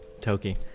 Toki